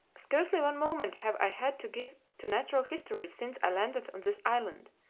scarcely one moment have i had to give to natural history since i landed on this island.